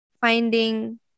finding